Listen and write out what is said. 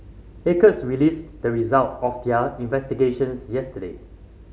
acres released the result of their investigations yesterday